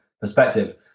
perspective